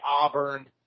Auburn